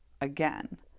again